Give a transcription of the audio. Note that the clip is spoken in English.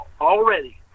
already